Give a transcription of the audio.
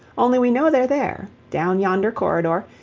only we know they're there, down yonder corridor,